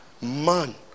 Man